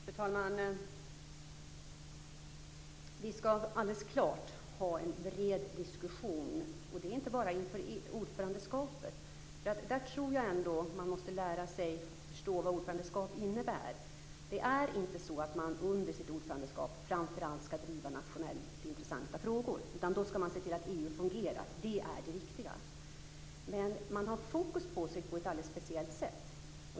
Fru talman! Vi skall alldeles klart ha en bred diskussion, och det inte bara inför ordförandeskapet. Där tror jag ändå att man måste lära sig att förstå vad ordförandeskap innebär. Det är inte så att man under sitt ordförandeskap framför allt skall driva nationellt intressanta frågor, utan då skall man se till att EU fungerar. Det är det viktiga. Men man har fokus på sig på ett alldeles speciellt sätt.